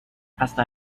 hasta